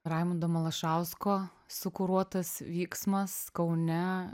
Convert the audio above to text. raimundo malašausko sukuruotas vyksmas kaune